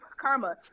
karma